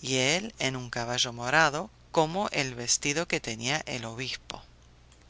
y él en un caballo morado como el vestido que tenía el obispo